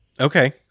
Okay